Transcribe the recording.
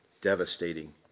devastating